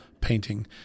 painting